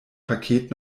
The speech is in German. paket